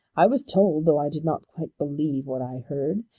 i was told, though i did not quite believe what i heard,